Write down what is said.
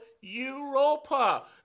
Europa